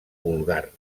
vulgar